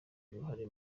uruhare